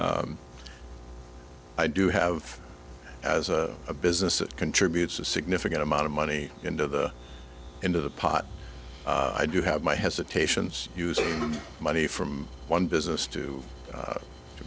i do have as a business it contributes a significant amount of money into the into the pot i do have my hesitations using money from one business to